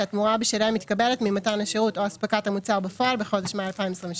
שהתמורה בשלהם מתקבלת ממתן השירות או הספקת המוצר בפועל בחודש מאי 2022,